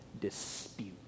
dispute